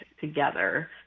together